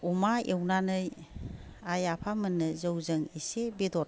अमा एवनानै आइ आफामोननो जौजों इसे बेदर